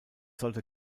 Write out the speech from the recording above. sollte